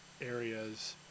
areas